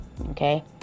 Okay